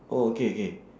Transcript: oh okay K